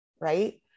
right